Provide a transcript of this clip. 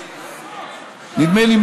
נדמה לי,